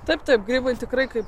taip taip grybai tikrai kaip